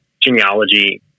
genealogy